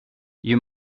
you